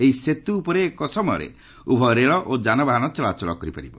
ଏହି ସେତ୍ର ଉପରେ ଏକ ସମୟରେ ଉଭୟ ରେଳ ଓ ଯାନବାହନ ଚଳାଚଳ କରିପାରିବ